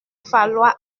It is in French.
falloir